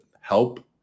help